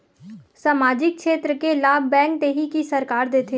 सामाजिक क्षेत्र के लाभ बैंक देही कि सरकार देथे?